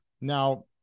Now